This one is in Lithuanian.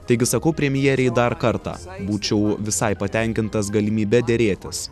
taigi sakau premjerei dar kartą būčiau visai patenkintas galimybe derėtis